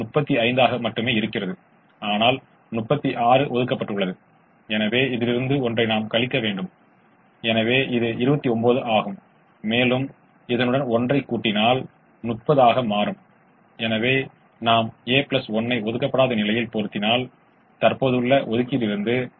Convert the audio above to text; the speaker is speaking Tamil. அடிப்படை சாத்தியமான தீர்வுகள் என்று அழைக்கப்படுவதையும் நாம் வரையறுத்துள்ளோம் என்பதை நினைவில் கொள்க இந்த அடிப்படை சாத்தியமான தீர்வுகள் மூலையில் இருந்தன